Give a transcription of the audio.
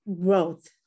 growth